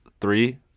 three